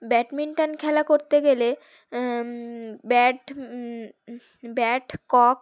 badminton খেলা করতে গেলে ব্যাট ব্যাট কক